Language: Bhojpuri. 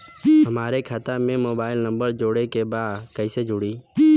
हमारे खाता मे मोबाइल नम्बर जोड़े के बा कैसे जुड़ी?